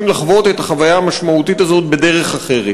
לחוות את החוויה המשמעותית הזאת בדרך אחרת.